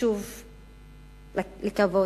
ושוב לכבוד.